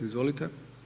Izvolite.